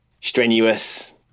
strenuous